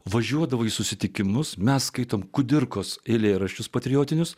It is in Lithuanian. važiuodavo į susitikimus mes skaitome kudirkos eilėraščius patriotinius